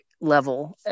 level